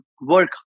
work